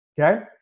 Okay